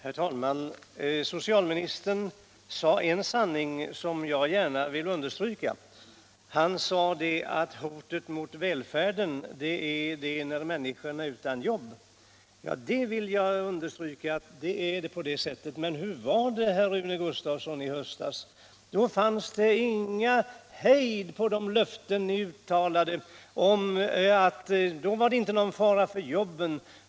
Herr talman! Socialministern sade en sanning som jag gärna vill understryka, nämligen att hotet mot välfärden uppstår när människorna är utan jobb. Att det är på det sättet vill jag som sagt understryka. Men hur var det i höstas, herr Rune Gustavsson? Då var det ingen hejd på de löften ni uttalade. Då var det inte någon fara för jobben.